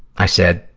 i said,